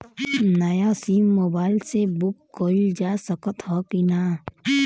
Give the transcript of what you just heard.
नया sim mobile से book कइलजा सकत ह कि ना?